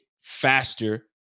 faster